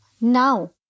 Now